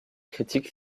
critique